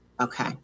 Okay